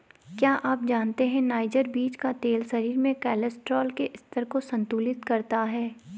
क्या आप जानते है नाइजर बीज का तेल शरीर में कोलेस्ट्रॉल के स्तर को संतुलित करता है?